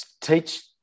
teach